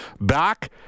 Back